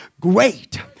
great